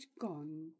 gone